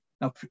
Now